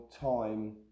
time